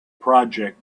project